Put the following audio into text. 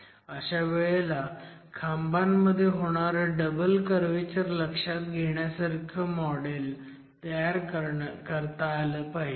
अशा वेळेला खांबांमध्ये होणारं डबल कर्व्हेचर लक्षात घेणारं मॉडेल तयार करता आलं पाहीजे